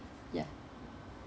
ya